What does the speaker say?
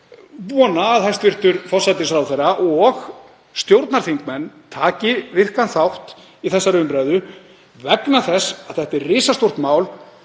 vona að hæstv. forsætisráðherra og stjórnarþingmenn taki virkan þátt í þessari umræðu vegna þess að þetta er risastórt mál.